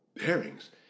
herrings